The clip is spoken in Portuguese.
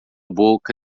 boca